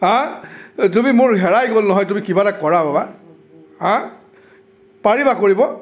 হাঁ তুমি মোৰ হেৰাই গ'ল নহয় তুমি কিবা এটা কৰা বাবা হাঁ পাৰিবা কৰিব